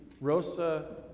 Rosa